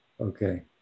Okay